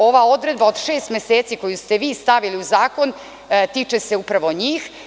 Ova odredba od šest meseci koju ste vi stavili u zakon tiče se upravo njih.